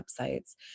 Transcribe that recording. websites